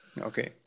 Okay